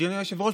אדוני היושב-ראש,